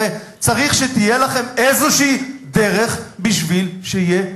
הרי צריך שתהיה לכם איזושהי דרך בשביל שיהיה ויכוח.